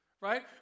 Right